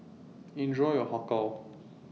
Enjoy your Har Kow